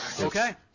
Okay